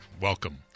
welcome